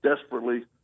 desperately